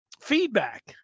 feedback